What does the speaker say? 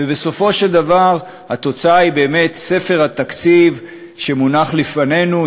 ובסופו של דבר התוצאה היא באמת ספר התקציב שמונח לפנינו,